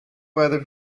weather